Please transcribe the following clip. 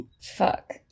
Fuck